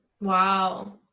Wow